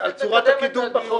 על צורת הקידום בחוק.